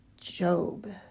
Job